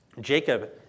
Jacob